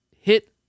hit